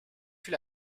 fut